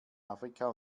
afrika